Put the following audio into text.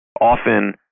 often